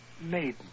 Maiden